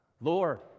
Lord